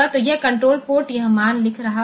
तो यह control port यह मान लिख रहा होगा